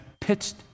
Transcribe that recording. pitched